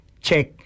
check